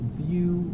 view